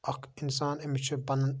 اَکھ اِنسان أمِس چھِ پَنُن